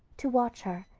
to watch her,